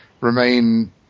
remain